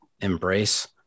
Embrace